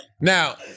Now